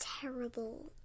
terrible